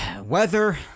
Weather